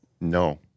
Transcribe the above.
No